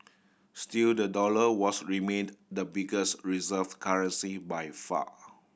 still the dollar was remained the biggest reserve currency by far